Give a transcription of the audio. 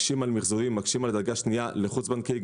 מקשים על מחזורים ועל דרגה שנייה לחוץ בנקאי.